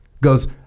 goes